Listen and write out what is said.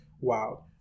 wow